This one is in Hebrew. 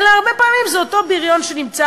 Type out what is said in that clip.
אלא הרבה פעמים זה אותו בריון שנמצא